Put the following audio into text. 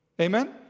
Amen